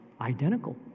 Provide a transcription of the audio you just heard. identical